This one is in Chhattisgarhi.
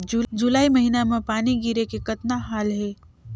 जुलाई महीना म पानी गिरे के कतना हाल हे?